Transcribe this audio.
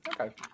Okay